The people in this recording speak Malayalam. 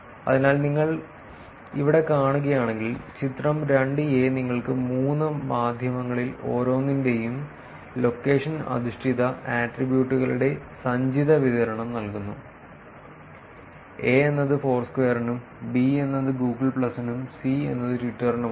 അതിനാൽ നിങ്ങൾ ഇവിടെ കാണുകയാണെങ്കിൽ ചിത്രം 2 എ നിങ്ങൾക്ക് മൂന്ന് മാധ്യമങ്ങളിൽ ഓരോന്നിന്റെയും ലൊക്കേഷൻ അധിഷ്ഠിത ആട്രിബ്യൂട്ടുകളുടെ സഞ്ചിത വിതരണം നൽകുന്നു a എന്നത് ഫോർസ്ക്വയറിനും b എന്നത് Google പ്ലസിനും c എന്നത് ട്വിറ്ററിനുമാണ്